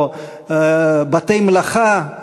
או בתי-מלאכה,